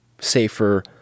safer